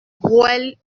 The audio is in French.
rouelle